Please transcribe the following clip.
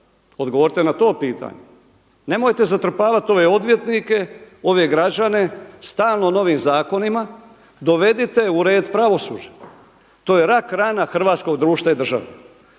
Odgovorite na to pitanje. Nemojte zatrpavati ove odvjetnike, ove građane stalno novim zakonima. Dovedite u red pravosuđe. To je rak rana hrvatskog društva i države.